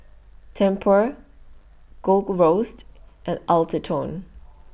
Tempur Gold Roast and Atherton